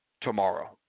Tomorrow